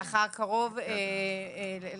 לאחר קרוב לשנה,